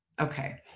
Okay